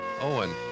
Owen